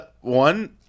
One